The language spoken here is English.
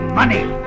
money